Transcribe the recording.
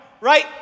right